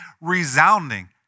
resounding